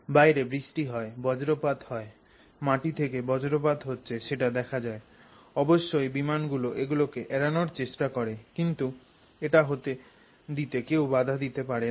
বাইরে বৃষ্টি হয় বজ্রপাত হয় মাটি থেকে বজ্রপাত হচ্ছে সেটা দেখা যায় অবশ্যই বিমান গুলো এগুলো এড়ানোর চেষ্টা করে কিন্তু এটা হতে দিতে কেউ বাধা দিতে পারে না